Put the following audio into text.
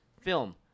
film